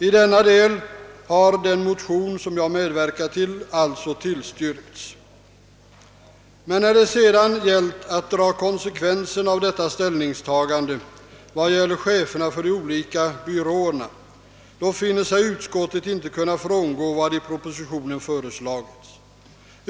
I denna del har den motion, som jag medverkat till, alltså tillstyrkts. Men när det sedan gällt att dra konsekvenserna av detta ställningstagande i fråga om cheferna för de olika byråerna, finner sig utskottet icke kunna frångå vad i propositionen föreslagits.